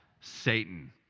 Satan